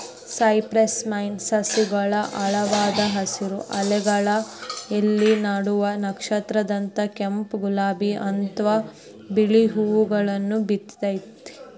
cypress vine ಸಸಿಯೊಳಗ ಆಳವಾದ ಹಸಿರು, ಹಾಲೆಗಳ ಎಲಿ ನಡುವ ನಕ್ಷತ್ರದಂತ ಕೆಂಪ್, ಗುಲಾಬಿ ಅತ್ವಾ ಬಿಳಿ ಹೂವುಗಳನ್ನ ಬಿಡ್ತೇತಿ